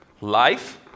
life